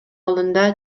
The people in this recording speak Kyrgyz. алдында